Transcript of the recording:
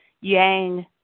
yang